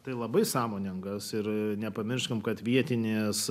tai labai sąmoningas ir nepamiršome kad vietinės